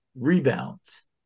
rebounds